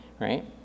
right